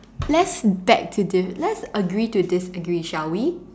let's beg to di~ let's agree to disagree shall we